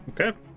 okay